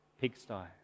pigsty